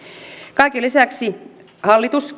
kaiken lisäksi niin hallitus